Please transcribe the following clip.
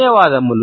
ధన్యవాదాలు